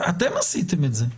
אתם עשיתם את זה.